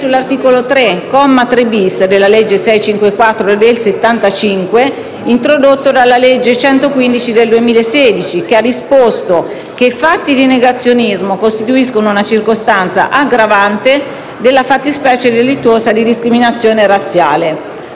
sull'articolo 3, comma 3-*bis*, della legge n. 654 del 1975, introdotto dalla legge n. 115 del 2016, che ha disposto che i fatti di negazionismo costituiscano una circostanza aggravante delle fattispecie delittuose di discriminazione razziale.